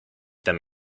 them